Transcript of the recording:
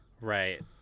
Right